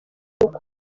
urukundo